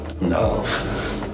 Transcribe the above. No